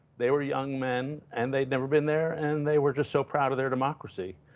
they were young men, and they'd never been there. and they were just so proud of their democracy.